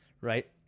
right